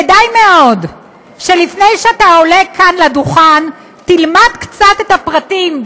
כדאי מאוד שלפני שאתה עולה כאן לדוכן תלמד קצת את הפרטים,